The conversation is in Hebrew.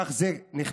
כך זה נכתב